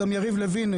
זה גם יריב לוין,